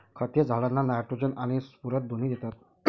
खते झाडांना नायट्रोजन आणि स्फुरद दोन्ही देतात